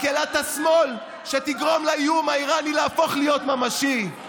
מקהלת השמאל שתגרום לאיום האיראני להפוך להיות ממשי.